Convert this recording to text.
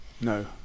No